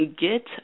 get